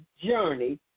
journey